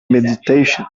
meditation